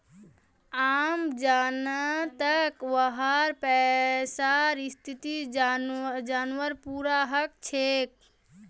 आम जनताक वहार पैसार स्थिति जनवार पूरा हक छेक